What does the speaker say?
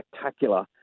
Spectacular